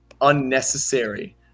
unnecessary